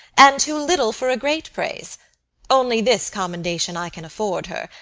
and too little for a great praise only this commendation i can afford her,